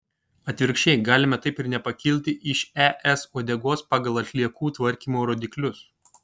atvirkščiai galime taip ir nepakilti iš es uodegos pagal atliekų tvarkymo rodiklius